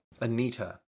Anita